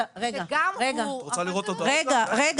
אבל זה לא רופא.